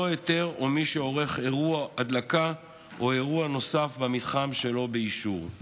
היתר או על מי שעורך אירוע הדלקה או אירוע נוסף במתחם שלא באישור.